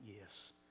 yes